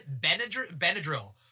Benadryl